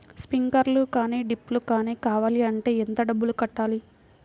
Sprinkler కానీ డ్రిప్లు కాని కావాలి అంటే ఎంత డబ్బులు కట్టాలి?